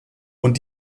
und